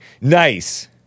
Nice